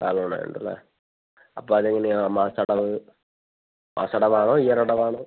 ആ മൂന്നായതുകൊണ്ടല്ലേ അപ്പം അതെങ്ങനെയാണ് മാസം അടവ് മാസം അടവാണോ ഈയൊരടവാണോ